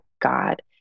God